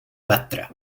bättre